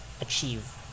achieve